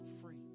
free